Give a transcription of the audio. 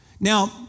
Now